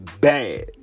bad